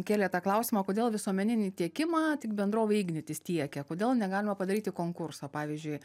kėlė tą klausimą kodėl visuomeninį tiekimą tik bendrovė ignitis tiekia kodėl negalima padaryti konkurso pavyzdžiui